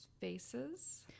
faces